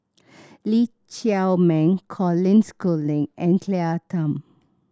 Lee Chiaw Meng Colin Schooling and Claire Tham